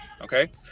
Okay